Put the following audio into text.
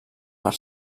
per